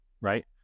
right